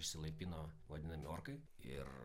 išsilaipino vadinami orkai ir